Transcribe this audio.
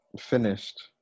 finished